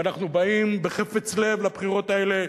ואנחנו באים בחפץ לב לבחירות האלה,